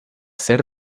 ser